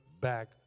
back